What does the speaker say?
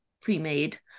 pre-made